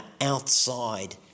outside